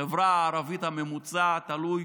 בחברה הערבית הממוצע, תלוי